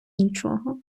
нічого